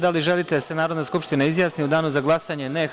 Da li želite da se Narodne skupština izjasni u danu za glasanje? (Veroljub Arsić: Ne.) Ne.